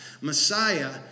Messiah